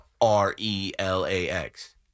R-E-L-A-X